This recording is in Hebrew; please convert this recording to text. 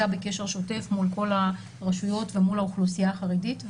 בקשר שוטף מול כל הרשויות ומול האוכלוסייה החרדית.